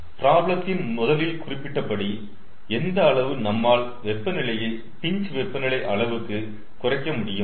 ப்ராப்ளத்தின் முதலில் குறிப்பிட்டபடி எந்த அளவு நம்மால் வெப்பநிலையை பின்ச் வெப்பநிலை அளவுக்கு குறைக்க முடியும்